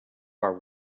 are